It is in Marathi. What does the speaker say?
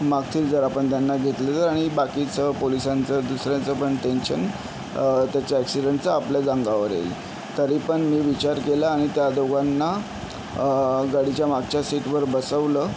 माखतील जर आपण त्यांना घेतलं तर आणि बाकीचं पोलिसांचं दुसऱ्यांचं पण टेंशन त्याच्या ॲक्सिडेंटचं आपल्याच अंगावर येईल तरी पण मी विचार केला आणि त्या दोघांना गाडीच्या मागच्या सीटवर बसवलं